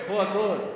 לקחו הכול.